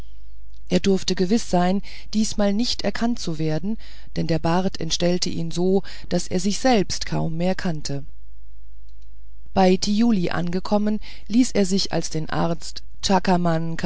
er durfte gewiß sein diesmal nicht erkannt zu werden denn der bart entstellte ihn so daß er sich selbst kaum mehr kannte bei thiuli angekommen ließ er sich als den arzt